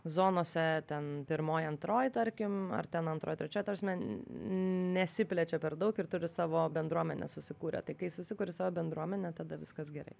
zonose ten pirmoji antroji tarkim ar ten antroj trečioj ta prasme nesiplečia per daug ir turi savo bendruomenes susikūrę tai kai susikuri savo bendruomenę tada viskas gerai